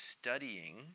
studying